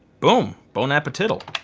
boom, bon appetital.